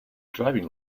driving